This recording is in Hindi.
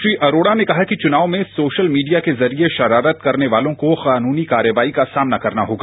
श्री अरोड़ा ने कहा कि चुनाव में सोशल मीडिया के जरिये शरारत करने वालों को कानूनी कार्रवाई का सामना करना होगा